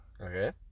Okay